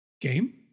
game